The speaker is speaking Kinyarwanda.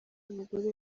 n’umugore